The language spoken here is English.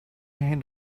hand